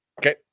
Okay